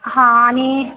हा आणि